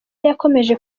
yakomeje